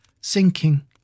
sinking